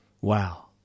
Wow